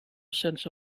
sense